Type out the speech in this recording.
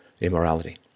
immorality